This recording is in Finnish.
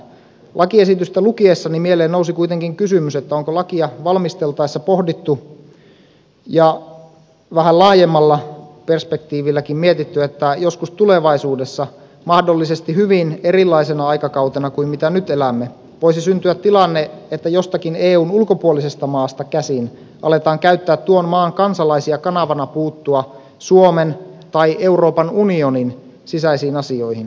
lakiesitystä lukiessani mieleen nousi kuitenkin kysymys onko lakia valmisteltaessa pohdittu ja vähän laajemmallakin perspektiivillä mietitty että joskus tulevaisuudessa mahdollisesti hyvin erilaisena aikakautena kuin mitä nyt elämme voisi syntyä tilanne että jostakin eun ulkopuolisesta maasta käsin aletaan käyttää tuon maan kansalaisia kanavana puuttua suomen tai euroopan unionin sisäisiin asioihin